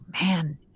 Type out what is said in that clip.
man